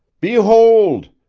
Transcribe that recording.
behold!